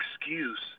excuse